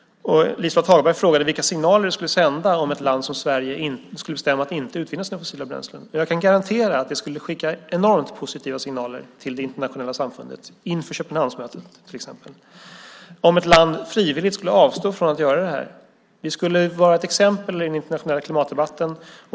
Liselott Hagberg frågade vilka signaler det skulle sända om ett land som Sverige skulle bestämma sig för att inte utvinna fossila bränslen. Jag kan garantera att det skulle skicka enormt positiva signaler till det internationella samfundet inför Köpenhamnsmötet till exempel. Om vi som ett land frivilligt skulle avstå från att göra det skulle vi vara ett exempel i den internationella klimatdebatten.